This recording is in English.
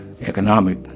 economic